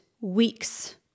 weeks